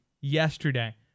yesterday